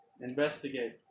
Investigate